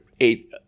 eight